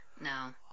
No